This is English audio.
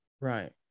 Right